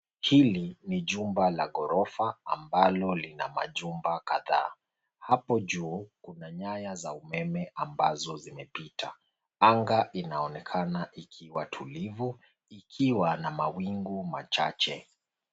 Hili ni jumba la gorofa ambalo lina majumba kadhaa, hapo juu kuna nyaya za umeme ambazo zimepita, anga inaonekana ikiwa tulivu ikiwa na mawingu machache.